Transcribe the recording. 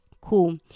cool